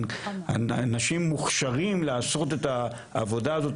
אנשים מוכשרים לעשות את העבודה הזאת